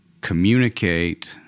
communicate